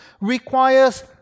requires